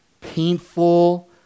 painful